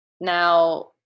now